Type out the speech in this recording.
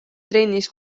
trennis